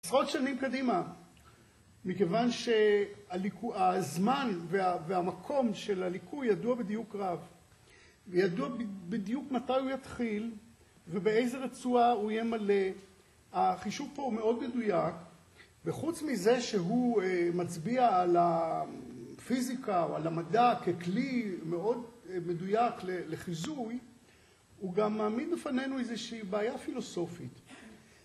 עשרות שנים קדימה, מכיוון שהזמן והמקום של הליקוי ידוע בדיוק רב. ידוע בדיוק מתי הוא יתחיל ובאיזה רצועה הוא יהיה מלא. החישוב פה מאוד מדויק, וחוץ מזה שהוא מצביע על הפיזיקה או על המדע ככלי מאוד מדויק לחיזוי, הוא גם מעמיד בפנינו איזושהי בעיה פילוסופית.